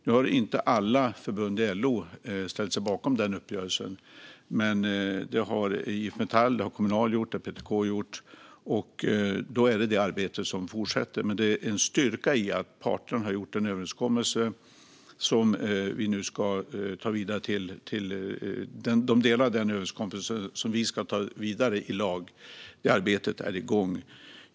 Nu har inte alla förbund i LO ställt sig bakom den här uppgörelsen, men IF Metall, Kommunal och PTK har gjort det. Då får det arbetet fortsätta. Det är en styrka i att parterna har en överenskommelse. Arbetet med de delar av överenskommelsen som vi ska ta vidare i lag är igång.